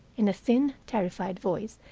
in a thin, terrified voice.